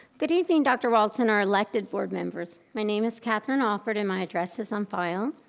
good evening dr. waltz and our elected board members. my name is catherine alford and my address is on file.